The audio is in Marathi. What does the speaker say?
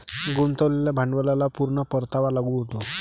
गुंतवलेल्या भांडवलाला पूर्ण परतावा लागू होतो